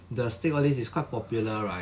the steak all this is quite popular right